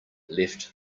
left